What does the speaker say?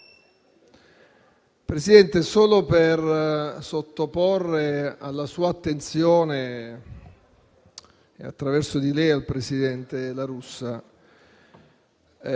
Presidente, vorrei sottoporre alla sua attenzione e, attraverso di lei, al presidente La Russa